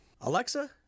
Alexa